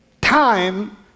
time